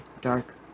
dark